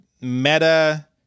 meta